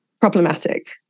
problematic